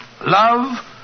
Love